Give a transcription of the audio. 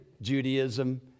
Judaism